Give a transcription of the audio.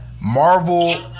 Marvel